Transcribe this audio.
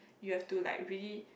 you have to like really